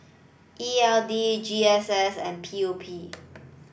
E L D G S S and P O P